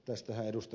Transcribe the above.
tästähän ed